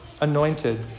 anointed